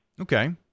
Okay